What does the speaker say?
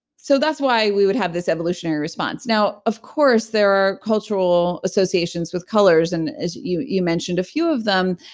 so that's why we would have this evolutionary response. now, of course, there are cultural associations with colors, and you you mentioned, a few of them.